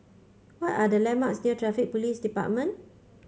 what are the landmarks near Traffic Police Department